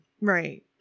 Right